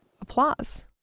applause